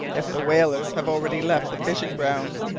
if the whalers have already left the fishing-grounds,